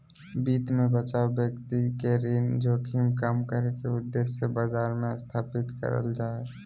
वित्त मे बचाव व्यक्ति के ऋण जोखिम कम करे के उद्देश्य से बाजार मे स्थापित करल जा हय